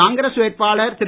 காங்கிரஸ் வேட்பாளர் திரு